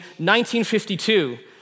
1952